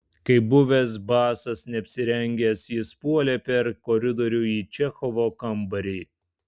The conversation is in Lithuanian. kaip buvęs basas neapsirengęs jis puolė per koridorių į čechovo kambarį